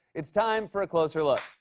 it's time for a closer look.